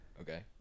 Okay